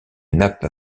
nappes